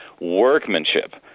workmanship